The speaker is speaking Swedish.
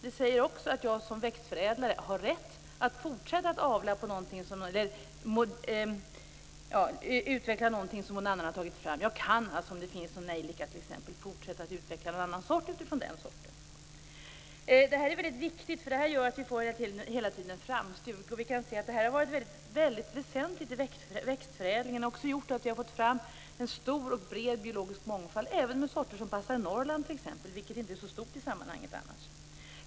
Det sägs också att jag som växtförädlare har rätt att fortsätta att utveckla något som någon annan har tagit fram. Jag kan alltså fortsätta att utveckla t.ex. en nejlika som finns till en annan sort. Detta gör att vi hela tiden får framsteg. Det har varit mycket väsentligt för växtförädlingen och också gjort att vi har fått fram en stor och bred biologisk mångfald, även med sorter som passar i t.ex. Norrland. Det är annars något som inte är så stort i sammanhanget.